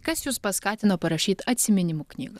kas jus paskatino parašyt atsiminimų knygą